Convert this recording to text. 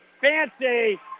fancy